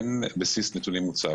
אין בסיס נתונים מוצק,